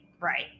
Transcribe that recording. right